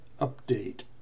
Update